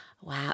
Wow